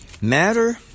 matter